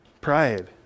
Pride